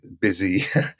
busy